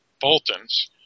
Boltons